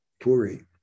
Puri